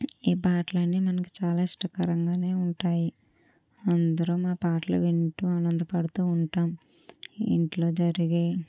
ఈ పాటలు అన్నీ మనకు చాలా ఇష్టకరంగానే ఉంటాయి అందరు మా పాటలు వింటూ ఆనందపడతూ ఉంటాము ఇంట్లో జరిగే